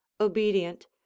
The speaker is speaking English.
obedient